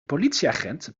politieagent